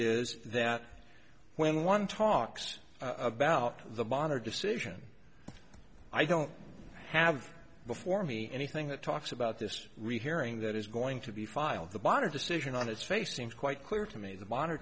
is that when one talks about the monitor decision i don't have before me anything that talks about this rehearing that is going to be filed the bought a decision on its face seems quite clear to me the monitor